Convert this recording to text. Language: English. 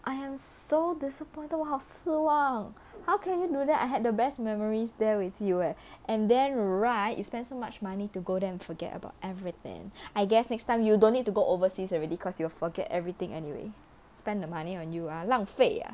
I am so disappointed 我好失望 how can you do that I had the best memories there with you eh and then right you spend so much money to go there and forget about everything I guess next time you don't need to go overseas already cause you will forget everything anyway spend the money on you ah 浪费 ah